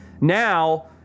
Now